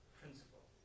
principle